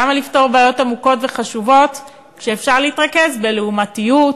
למה לפתור בעיות עמוקות וחשובות כשאפשר להתרכז בלעומתיות,